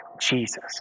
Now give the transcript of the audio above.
Jesus